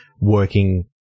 working